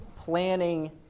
planning